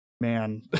Man